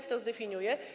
Kto zdefiniuje?